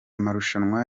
marushanwa